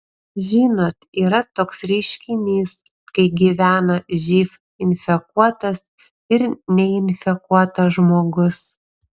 žinot yra toks reiškinys kai gyvena živ infekuotas ir neinfekuotas žmogus